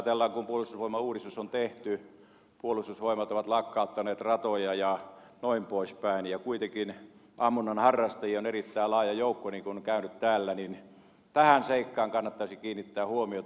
nyt kun puolustusvoimauudistus on tehty ja puolustusvoimat on lakkauttanut ratoja ja noin poispäin ja kuitenkin ammunnan harrastajia on erittäin laaja joukko niin kuin on käynyt täällä ilmi niin tähän seikkaan kannattaisi kiinnittää huomiota